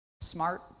smart